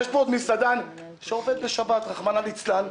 יש פה עוד מסעדן שעובד בשבת רחמנה ליצלן,